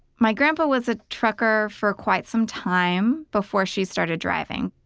my grandpa was a trucker for quite some time before she started driving.